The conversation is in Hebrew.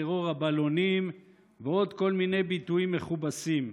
טרור הבלונים ועוד כל מיני ביטויים מכובסים.